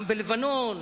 גם בלבנון